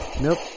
Nope